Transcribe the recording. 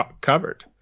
covered